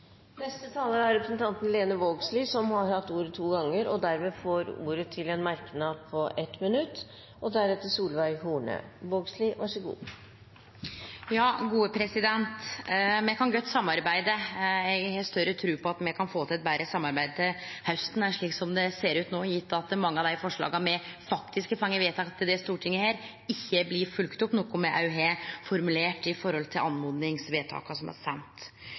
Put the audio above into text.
Representanten Lene Vågslid har hatt ordet to ganger og får ordet til en kort merknad, begrenset til 1 minutt. Me kan godt samarbeide – eg har større tru på at me kan få til eit betre samarbeid til hausten enn slik det ser ut no, gjeve at mange av dei forslaga me faktisk har fått vedteke i dette Stortinget, ikkje blir følgde opp, noko me òg har formulert i samband med oppmodingsvedtaka som me har sendt.